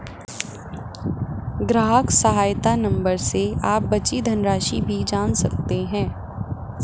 ग्राहक सहायता नंबर से आप बची धनराशि भी जान सकते हैं